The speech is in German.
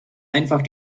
einfach